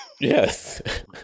Yes